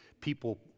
people